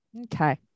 okay